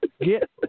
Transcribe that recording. Get